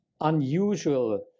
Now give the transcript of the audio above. unusual